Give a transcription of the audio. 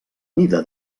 mida